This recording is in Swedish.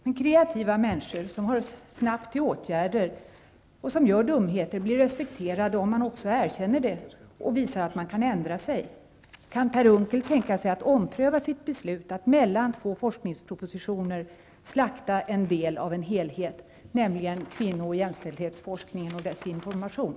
Men människor som är kreativa, snabba till åtgärder och som gör dumheter blir respekterade om de också erkänner det och visar att de kan ändra sig. Kan Per Unckel tänka sig att ompröva sitt beslut att mellan två forskningspropositioner slakta en del av en helhet, nämligen kvinno och jämställdhetsforskningen och dess information?